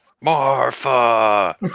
Marfa